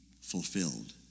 fulfilled